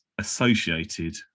associated